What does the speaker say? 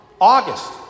August